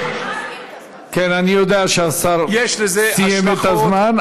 אני יודע שהשר סיים את הזמן,